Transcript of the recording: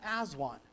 Aswan